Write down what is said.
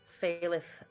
faileth